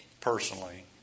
personally